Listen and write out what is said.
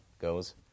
goes